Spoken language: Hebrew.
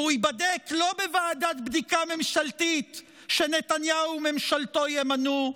והוא ייבדק לא בוועדת בדיקה ממשלתית שנתניהו וממשלתו ימנו,